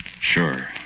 Sure